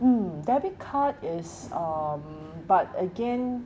mm debit card is um but again